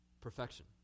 perfection